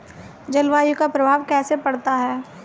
जलवायु का प्रभाव कैसे पड़ता है?